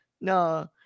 no